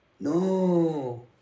No